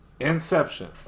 Inception